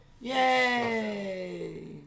Yay